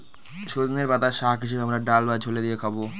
সজনের পাতা শাক হিসেবে আমরা ডাল বা ঝোলে দিয়ে খাবো